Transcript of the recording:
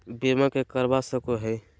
बीमा के करवा सको है?